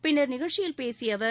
பின்னர் நிகழ்ச்சியில் பேசிய அவர்